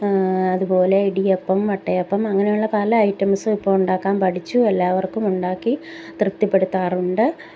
അതുപോലെ ഇടിയപ്പം വട്ടയപ്പം അങ്ങനെയുള്ള പല ഐറ്റംസും ഇപ്പം ഉണ്ടാക്കാൻ പഠിച്ചു എല്ലാവർക്കും ഉണ്ടാക്കി തൃപ്തിപ്പെടുത്താറുണ്ട്